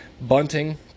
Bunting